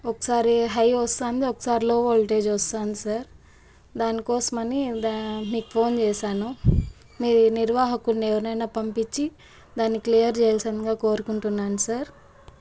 ఒకసారి హై వస్తుంది ఒకసారి లో వోల్టేజ్ వస్తుంది సార్ దాని కోసమని దా మీకు ఫోన్ చేశాను మీ నిర్వాహకుడిని ఎవరిని అయినా పంపించి దాన్ని క్లియర్ చేయాల్సిందిగా కోరుకుంటున్నాను సార్